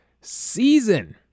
season